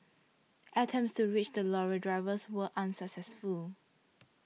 attempts to reach the lorry drivers were unsuccessful